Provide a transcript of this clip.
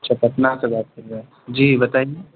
اچھا پٹنہ سے بات کر رہے ہیں جی بتائیے